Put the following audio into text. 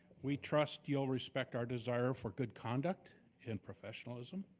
we trust you'll respect our desire for good conduct and professionalism.